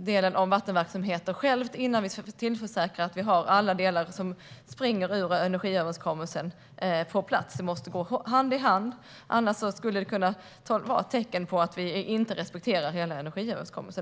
delen om vattenverksamheter, innan vi har försäkrat oss om att alla delar som springer ur energiöverenskommelsen är på plats. Det måste gå hand i hand, annars kan det vara ett tecken på att vi inte skulle respektera hela energiöverenskommelsen.